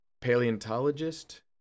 paleontologist